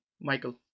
Michael